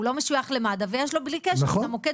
הוא לא משויך למד"א ויש לו בלי קשר את המוקד